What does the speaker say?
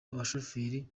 abashoferi